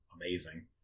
amazing